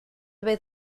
vez